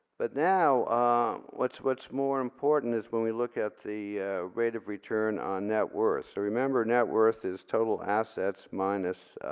but now ah what's what's more important is when we look at the rate of return on net worth. so remember net worth is total assets minus